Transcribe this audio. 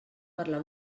parlar